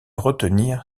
retenir